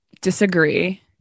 disagree